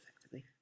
effectively